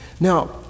Now